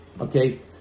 okay